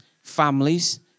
families